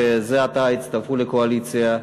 שזה עתה הצטרפו לקואליציה: